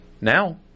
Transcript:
Now